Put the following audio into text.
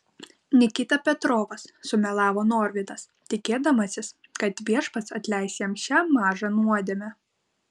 nikita petrovas sumelavo norvydas tikėdamasis kad viešpats atleis jam šią mažą nuodėmę